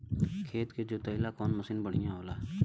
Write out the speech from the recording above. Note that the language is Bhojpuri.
खेत के जोतईला कवन मसीन बढ़ियां होला?